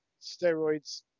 steroids